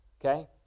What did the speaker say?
okay